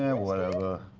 whatever.